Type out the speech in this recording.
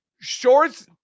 Shorts